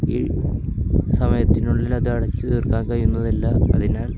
ഈ സമയത്തിനുള്ളിൽ അത് അടച്ച് തീർക്കാൻ കഴിയുന്നതല്ല അതിനാൽ